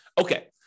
Okay